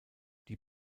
die